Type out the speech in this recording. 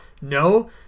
no